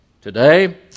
Today